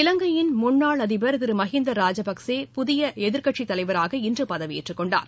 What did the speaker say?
இலங்கையின் முன்னாள் அதிபர் திரு மகிந்தா ராஜபக்சே புதிய எதிர்க்கட்சித்தலைவராக இன்று பதவியேற்றுக்கொண்டார்